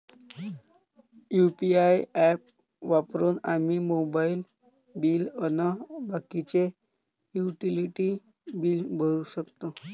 UPI app वापरून आम्ही mobile bill अन बाकीचे युटिलिटी बिल भरू शकतो